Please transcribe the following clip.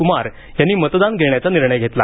कुमार यांनी मतदान घेण्याचा निर्णय घेतला